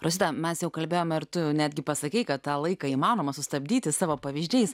rosita mes jau kalbėjome ir tu netgi pasakei kad tą laiką įmanoma sustabdyti savo pavyzdžiais